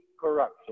corruption